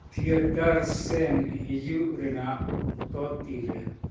theatre ᱥᱮᱱ ᱦᱤᱡᱩᱜ ᱨᱮᱱᱟᱜ ᱚᱠᱛᱚ ᱛᱤᱨᱮ